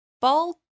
ball